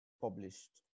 published